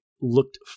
looked